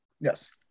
yes